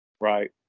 Right